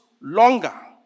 longer